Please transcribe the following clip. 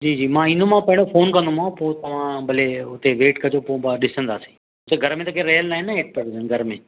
जी जी मां ईंदोमांव पहिरों फ़ोन कंदोमांव पोइ तव्हां भले हुते वेइट कजो पोइ पाणि ॾिसंदासीं घर में त केरु रहियल न आहे न हेठि घर में